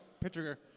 pitcher